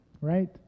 right